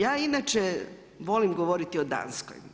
Ja inače volim govoriti o Danskoj.